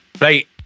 right